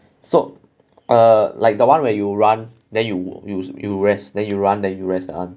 so err like the one where you run then you use you rest then you run then you rest that one